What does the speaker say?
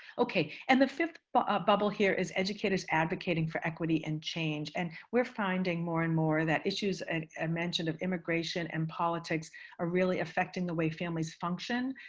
okay. and the fifth but ah bubble here is educators advocating for equity and change. and we're finding more and more that issues i mentioned of immigration and politics are really affecting the way families function.